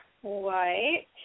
white